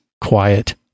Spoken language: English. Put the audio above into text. Quiet